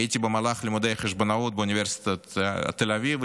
הייתי במהלך לימודי החשבונאות באוניברסיטת תל אביב,